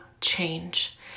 change